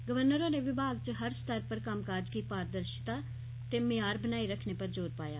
राज्यपाल होरें विमा च हर स्तर पर कम्मकाज च पारदर्शिता ते म्यार बनाई रक्खने पर जोर पाया